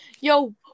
Yo